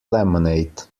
lemonade